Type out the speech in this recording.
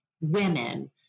women